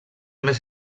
més